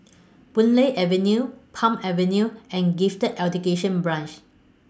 Boon Lay Avenue Palm Avenue and Gifted Education Branch